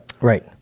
Right